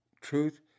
truth